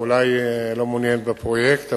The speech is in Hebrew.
ואולי היא לא מעוניינת בפרויקט.